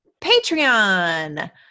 Patreon